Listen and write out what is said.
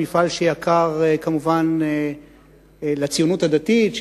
במפעל שיקר רק לציונות הדתית,